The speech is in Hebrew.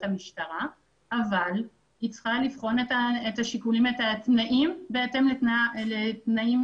המשטרה אבל היא צריכה לבחון את התנאים בהתאם לתנאים